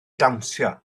dawnsio